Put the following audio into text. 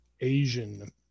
asian